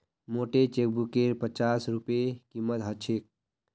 मोटे चेकबुकेर पच्चास रूपए कीमत ह छेक